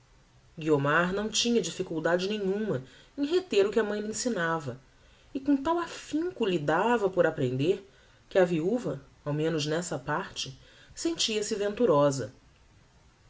guiomar não tinha difficuldade nenhuma em reter o que a mãe lhe ensinava e com tal affinco lidava por aprender que a viuva ao menos nessa parte sentia-se venturosa